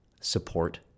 support